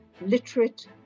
literate